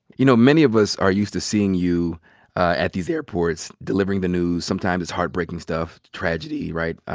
you know, many of us are used to seeing you at these airports delivering the news. sometimes it's heartbreaking stuff, tragedy, right?